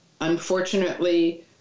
Unfortunately